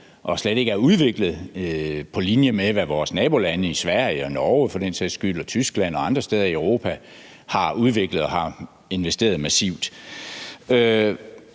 og slet ikke er udviklet på linje med, hvad de i vores nabolande Sverige og Norge – for den sags skyld – og Tyskland og andre steder i Europa har udviklet og har investeret massivt